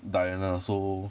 diana so